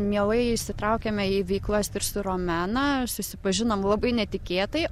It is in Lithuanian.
mielai įsitraukiame į veiklas ir su romena susipažinom labai netikėtai